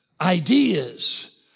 ideas